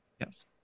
Yes